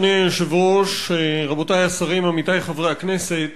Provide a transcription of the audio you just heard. אדוני היושב-ראש, רבותי השרים, עמיתי חברי הכנסת,